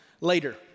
later